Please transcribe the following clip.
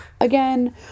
Again